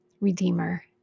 redeemer